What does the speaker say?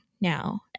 now